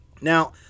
Now